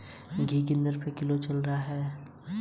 क्या इन बॉन्डों में निवेश करने में कोई जोखिम है?